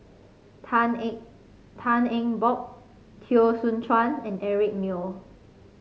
Tan Eng Tan Eng Bock Teo Soon Chuan and Eric Neo